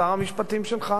שר המשפטים שלך.